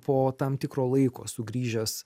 po tam tikro laiko sugrįžęs